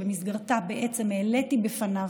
ובמסגרתה העליתי בפניו